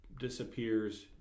disappears